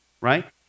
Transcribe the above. right